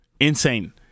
Insane